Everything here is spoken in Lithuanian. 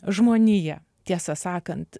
žmoniją tiesą sakant